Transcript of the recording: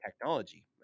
technology